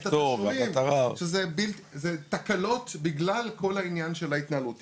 זה תקלות בגלל כל העניין של ההתנהלות.